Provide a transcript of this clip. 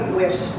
wish